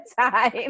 time